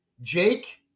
Jake